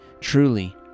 Truly